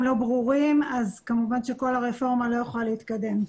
לא ברורים אז כמובן שכל הרפורמה לא יכולה להתקדם.